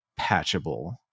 patchable